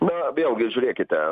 na vėlgi žiūrėkite